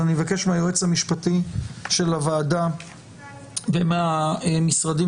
אני מבקש מהיועץ המשפטי של הוועדה ומהמשרדים